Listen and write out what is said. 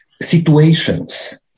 situations